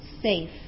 safe